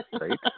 Right